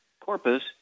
corpus